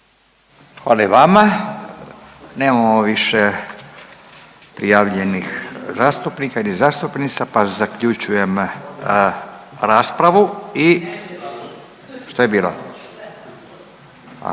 Hvala i vama. Nemamo više prijavljenih zastupnika ili zastupnica pa zaključujem raspravu i što je bilo,